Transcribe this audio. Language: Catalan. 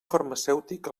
farmacèutic